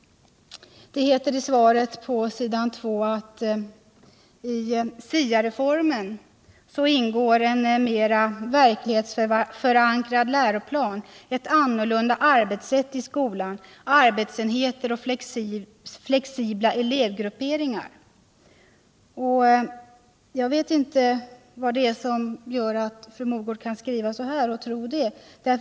Det heter i svaret på s. 2: ”I SIA-reformen ingår en mera verklighetsförankrad läroplan, ett annorlunda arbetssätt i skolan, arbetsenheter och flexibla elevgrupperingar.” Jag vet inte vad det är som gör att fru Mogård kan skriva och tro så här.